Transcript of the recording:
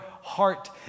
heart